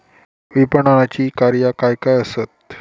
विपणनाची कार्या काय काय आसत?